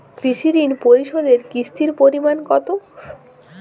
কৃষি ঋণ পরিশোধের কিস্তির পরিমাণ কতো?